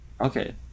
Okay